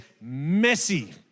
messy